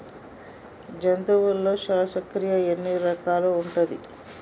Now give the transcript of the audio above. జంతువులలో శ్వాసక్రియ ఎన్ని రకాలు ఉంటది?